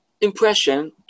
impression